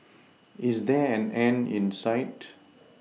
is there an end in sight